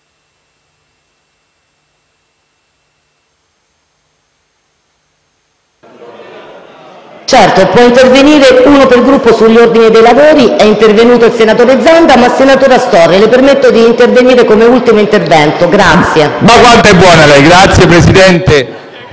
Ma quanto è buona lei: grazie Presidente.